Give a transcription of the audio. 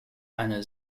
eine